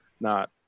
not-